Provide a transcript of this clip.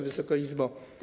Wysoka Izbo!